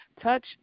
touch